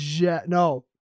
No